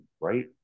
right